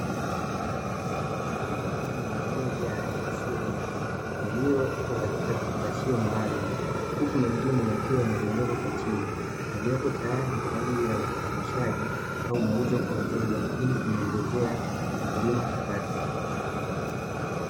Mazao maalum yaliyojaa na yasiojaa yaliyo katika vifungashio maalumu, huku mengine yakiwa yamedondoka kwa chini; yaliyopo tayari kwa ajili ya usafirishaji au mauzo kwa wateja ili kumuongezea mkulima kipato.